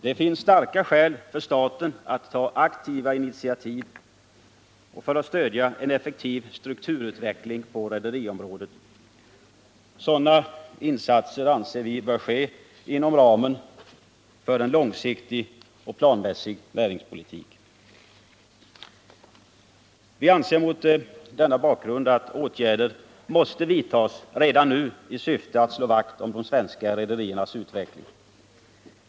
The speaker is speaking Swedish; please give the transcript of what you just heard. Det finns starka skäl för staten att ta aktiva initiativ och stödja en effektiv strukturutveckling på rederiområdet. Sådana insatser anser vi bör ske inom ramen för en långsiktig och planmässig näringspolitik. Vi anser mot denna bakgrund att åtgärder måste vidtas redan nu i syfte att slå vakt om de svenska rederiernas utveckling.